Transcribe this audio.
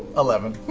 eleven.